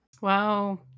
Wow